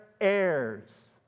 heirs